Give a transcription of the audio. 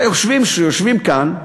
יושבים כאן,